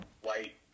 white